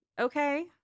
okay